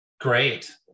Great